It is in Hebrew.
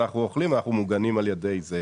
כשאנחנו אוכלים את השום אנחנו מוגנים על ידי זה.